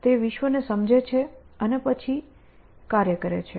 તે વિશ્વને સમજે છે અને અને પછી કાર્ય કરે છે